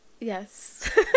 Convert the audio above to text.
Yes